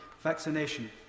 vaccination